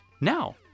Now